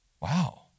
wow